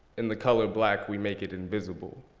in the color black, we make it invisible.